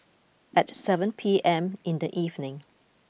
at seven P M in the evening